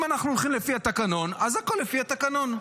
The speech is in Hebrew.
אם אנחנו הולכים לפי התקנון, אז הכול לפי התקנון.